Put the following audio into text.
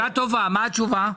שאלה טובה, מה התשובה?